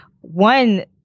one